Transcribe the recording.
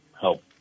help